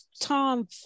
tom